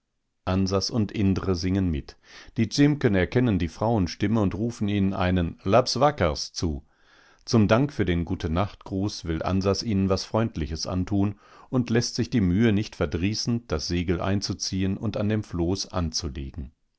ansas und indre singen mit die dzimken erkennen die frauenstimme und rufen ihnen ein labs wakars zu zum dank für den gutenachtgruß will ansas ihnen was freundliches antun und läßt sich die mühe nicht verdrießen das segel einzuziehen und an dem floß anzulegen